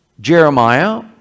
Jeremiah